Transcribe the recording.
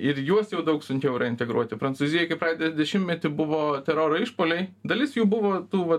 ir juos jau daug sunkiau yra integruoti prancūzijoj kai praeitą dešimtmetį buvo teroro išpuoliai dalis jų buvo tų va